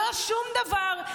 לא שום דבר.